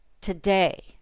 today